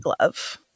love